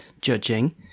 judging